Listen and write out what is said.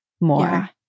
more